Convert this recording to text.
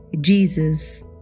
Jesus